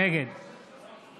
נגד